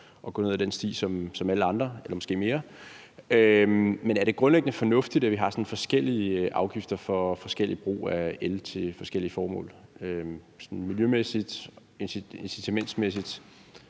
at gå ned ad den sti som alle andre, eller måske mere. Men er det grundlæggende fornuftigt, at vi har forskellige afgifter for forskellig brug af el til forskellige formål? Er det fornuftigt miljømæssigt, incitamentmæssigt